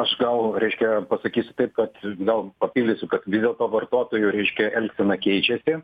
aš gal reiškia pasakysiu kad gal papildysiu kad vis dėl to vartotojų reiškia elgsena keičiasi